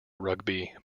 rugby